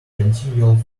continual